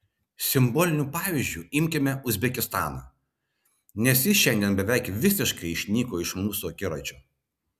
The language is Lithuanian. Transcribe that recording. simboliniu pavyzdžiu imkime uzbekistaną nes jis šiandien beveik visiškai išnyko iš mūsų akiračio